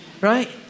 Right